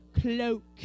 Cloak